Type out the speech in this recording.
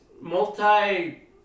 multi